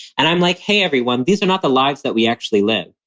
and i'm like, hey, everyone, these are not the lives that we actually live.